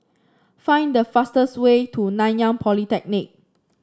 find the fastest way to Nanyang Polytechnic